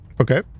Okay